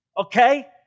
Okay